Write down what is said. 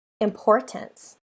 importance